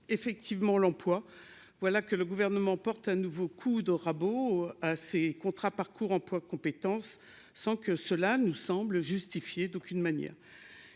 effectivement l'emploi, voilà que le gouvernement porte un nouveau coup de rabot assez contrats parcours emploi compétence sans que cela nous semble justifier d'aucune manière,